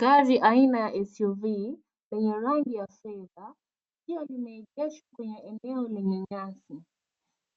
Gari aina ya SUV ina rangi ya silver likiwa limeegeshwa kwenye eneo lenye nyasi,